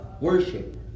worship